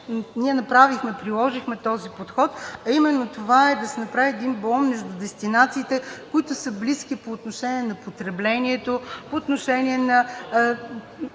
ние направихме, приложихме този подход, а именно това е да се направи един балон между дестинациите, които са близки по отношение на потреблението, по отношение на